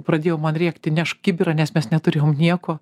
pradėjo man rėkti nešk kibirą nes mes neturėjom nieko